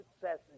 success